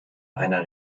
einer